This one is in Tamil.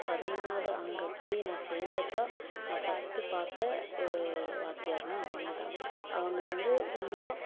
பதினொன்றாவது அங்கே போய் நான் சேர்ந்தப்ப நான் ஃபஸ்ட்டு பார்த்த ஒரு வாத்தியார்னால் அவங்கதான் அவங்க வந்து கொஞ்சம்